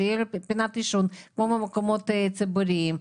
שתהיה לו פינת עישון כמו במקומות ציבוריים.